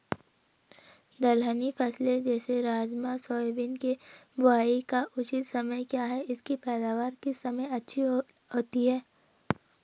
दलहनी फसलें जैसे राजमा सोयाबीन के बुआई का उचित समय क्या है इसकी पैदावार किस समय अच्छी होती है?